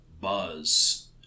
buzz